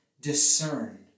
discern